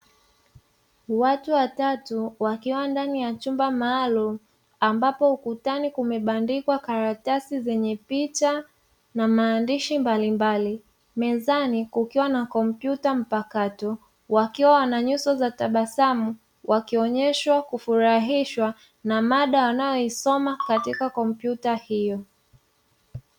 Watu watatu wakiwa ndani ya chumba maalumu ambapo ukutani pamebandikwa karatasi zenye picha na maandishi mbalimbali, mezani kukiwa na kompyuta mpakato; wakiwa wana nyuso za tabasamu wakionesha kufurahishwa na mada wanayoisoma katika kompyuta hiyo.